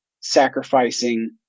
sacrificing